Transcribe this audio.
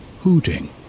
hooting